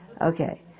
Okay